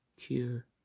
cure